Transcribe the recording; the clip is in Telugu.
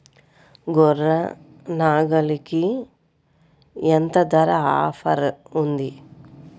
గొర్రె, నాగలికి ఎంత ధర ఆఫర్ ఉంది?